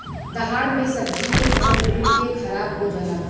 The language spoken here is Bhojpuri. दहाड़ मे सब्जी के फसल डूब के खाराब हो जला